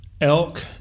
elk